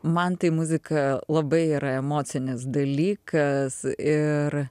man tai muzika labai yra emocinis dalykas ir